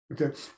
Okay